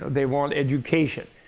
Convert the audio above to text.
they want education.